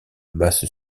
masse